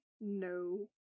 No